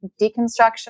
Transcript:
deconstruction